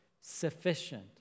sufficient